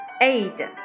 aid